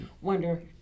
Wonder